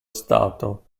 stato